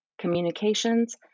communications